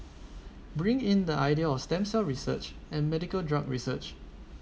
bring in the idea of stem cell research and medical drug research